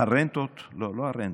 חוץ מהרנטות, לא, לא הרנטות.